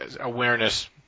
awareness